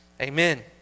amen